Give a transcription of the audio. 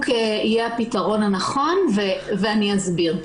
בדיוק יהיה הפתרון הנכון ואני אסביר.